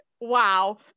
Wow